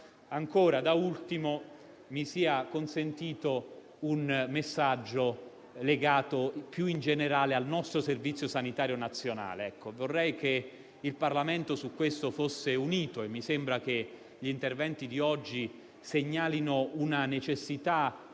sicurezza. Da ultimo, mi sia consentito un messaggio legato più in generale al nostro Servizio sanitario nazionale. Vorrei che il Parlamento su questo fosse unito, e mi sembra che gli interventi di oggi segnalino una necessità